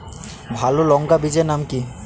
ভালো লঙ্কা বীজের নাম কি?